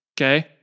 okay